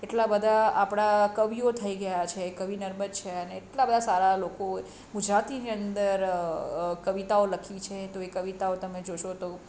એટલા બધા આપણા કવિઓ થઈ ગયા છે કવિ નર્મદ છે અને એટલા બધા સારા લોકો ગુજરાતીની અંદર કવિતાઓ લખી છે તો એ કવિતાઓ તમે જોશો તો